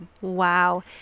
Wow